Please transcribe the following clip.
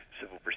civil